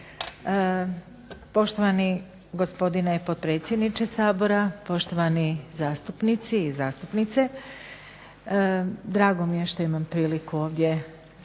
Poštovani gospodine potpredsjedniče Sabora, poštovani zastupnici i zastupnice. Drago mi je što imam priliku ovdje